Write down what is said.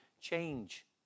change